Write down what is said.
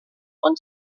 und